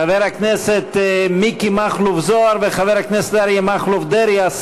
חבר הכנסת מיקי מכלוף זוהר וחבר הכנסת אריה מכלוף דרעי,